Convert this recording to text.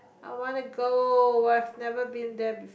I wanna go I've never been there before